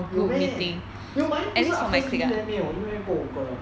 有 meh ya but then 不是 after C_B then 没有应该过五个人